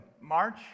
March